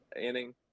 inning